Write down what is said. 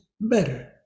better